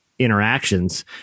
interactions